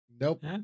Nope